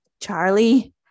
Charlie